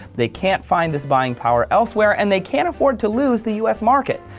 they can't find this buying power elsewhere and they can't afford to lose the us market.